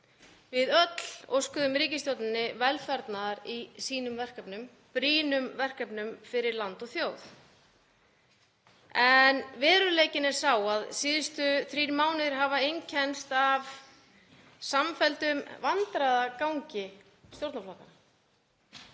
Við öll óskuðum ríkisstjórninni velfarnaðar í sínum verkefnum, brýnum verkefnum fyrir land og þjóð. En veruleikinn er sá að síðustu þrír mánuðir hafa einkennst af samfelldum vandræðagangi stjórnarflokkanna;